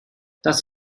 das